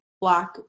black